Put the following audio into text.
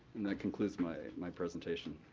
and that concludes my my presentation,